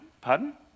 pardon